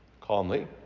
calmly